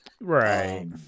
Right